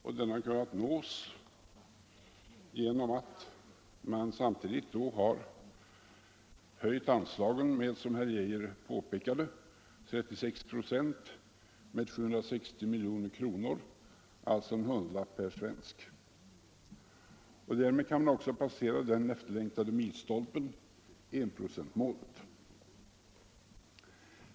Samtidigt har då anslagen höjts — som herr Arne Geijer i Stockholm påpekade Därigenom kan vi nu passera den milstolpe som vi längtat efter att passera, nämligen enprocentsmålet.